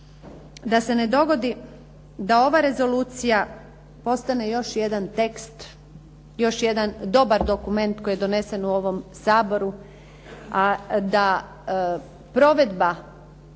da se ne dogodi da ova rezolucija postane još jedan tekst, još jedan dobar dokument koji je donesen u ovom Saboru a da provedba